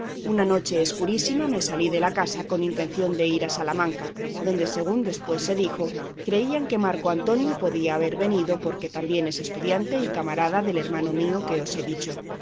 una noche escurísima me salí de casa con intención de ir a salamanca donde según después se dijo creían que marco antonio podía haber venido porque también es estudiante y camarada del hermano mío que os he dicho